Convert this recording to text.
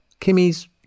kimmy's